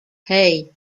hey